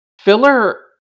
filler